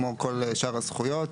כמו כל שאר הזכויות.